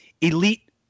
elite